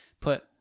put